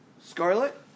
scarlet